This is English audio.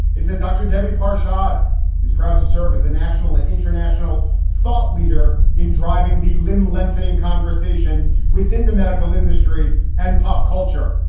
it says, dr. debbie pasa shihad is proud to serve as a national and international thought leader in driving the limb, lengthening conversation within the medical industry and pop culture.